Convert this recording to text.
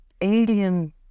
alien